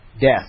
Death